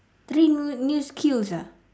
three new new skills ah